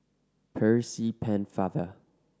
Percy Pennefather